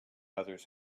others